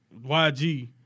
YG